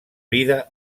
vida